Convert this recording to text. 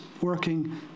working